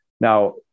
Now